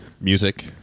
music